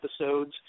episodes